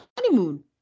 honeymoon